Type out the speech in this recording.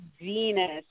Venus